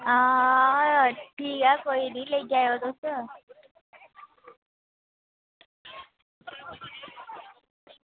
आं ठीक ऐ कोई निं लेई जायो तुस